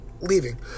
leaving